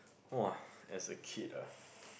!wah! as a kid ah